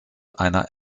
einer